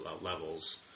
levels